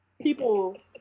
people